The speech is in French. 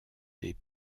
des